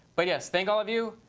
but yes, thank all of you.